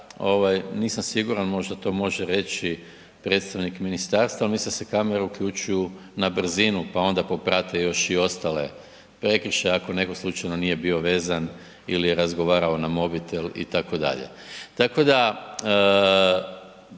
nisam siguran, možda to može reći predstavnik ministarstva, al mislim da se kamere uključuju na brzinu, pa onda poprate još i ostale prekršaje ako netko slučajno nije bio vezan ili je razgovarao na mobitel itd., tako da